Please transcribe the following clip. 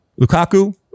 Lukaku